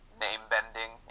name-bending